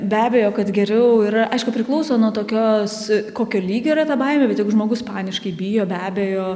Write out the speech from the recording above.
be abejo kad geriau yra aišku priklauso nuo tokios kokio lygio yra ta baimė bet jeigu žmogus paniškai bijo be abejo